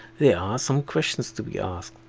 there are some questions to be asked.